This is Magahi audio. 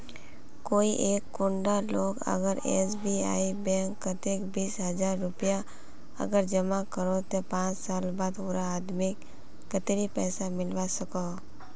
कोई एक कुंडा लोग अगर एस.बी.आई बैंक कतेक बीस हजार रुपया अगर जमा करो ते पाँच साल बाद उडा आदमीक कतेरी पैसा मिलवा सकोहो?